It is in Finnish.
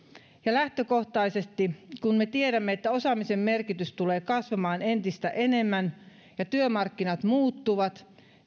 lähtökohtaisesti kun me tiedämme että osaamisen merkitys tulee kasvamaan entistä enemmän ja työmarkkinat muuttuvat